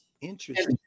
Interesting